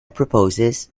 proposes